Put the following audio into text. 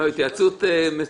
רבותיי.